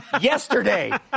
yesterday